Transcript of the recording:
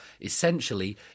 essentially